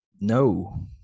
No